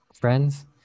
friends